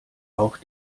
auch